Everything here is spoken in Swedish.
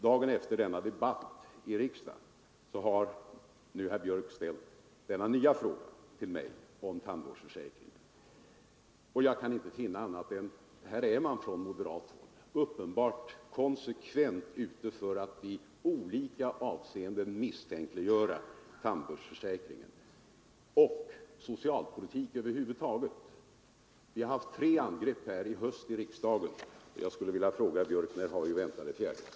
Dagen efter denna debatt i riksdagen ställde herr Björck i Nässjö denna nya fråga till mig om tandvårdsförsäkringen. Jag kan inte finna annat än att man från moderat håll uppenbart är konsekvent ute för att i olika avseenden misstänkliggöra tandvårdsförsäkringen och socialpolitiken över huvud taget. Vi har haft tre sådana angrepp i höst här i riksdagen, och jag skulle vilja fråga herr Björck: När har vi att vänta det fjärde?